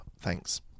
Thanks